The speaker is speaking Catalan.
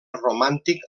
romàntic